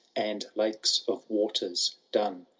and lakes of waters dun.